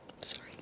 Sorry